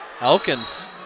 Elkins